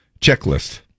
Checklist